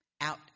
out